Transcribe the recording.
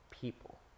people